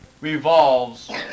revolves